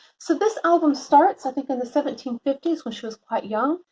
so this album starts, i think in the seventeen fifty s when she was quite young.